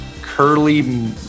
Curly